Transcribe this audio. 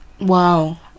Wow